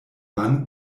wann